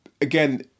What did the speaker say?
again